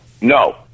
No